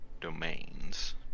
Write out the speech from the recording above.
domains